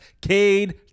Cade